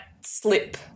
slip